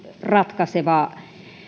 ratkaiseva